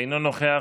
אינו נוכח,